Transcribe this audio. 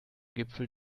gipfel